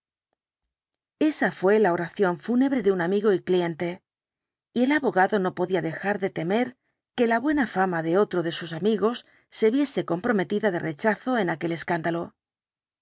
esa fué la oración fúnebre de un amigo y cliente y el abogado no podía dejar de temer que la buena fama de otro de sus amigos se viese comprometida de rechazo en aquel escándalo